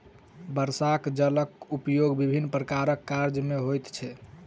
वर्षाक जलक उपयोग विभिन्न प्रकारक काज मे होइत छै